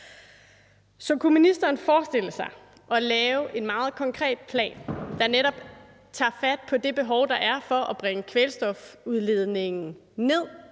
Så kunne ministeren forestille sig at lave en meget konkret plan, der netop tager fat på det behov, der er, for at bringe kvælstofudledningen ned